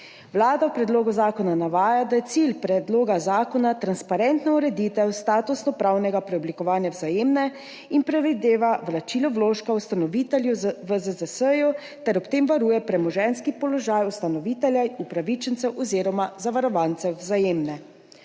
Vlada v predlogu zakona navaja, da je cilj predloga zakona transparentna ureditev statusno pravnega preoblikovanja Vzajemne in predvideva vračilo vložka ustanovitelju ZZZS ter ob tem varuje premoženjski položaj ustanovitelja in upravičencev oziroma zavarovancev v vzajemne.